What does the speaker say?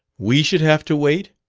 we should have to wait?